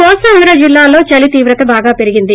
కోస్తాంధ్రలని జిల్లాల్లో చలి తీవ్రత బాగా పెరిగింది